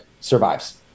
survives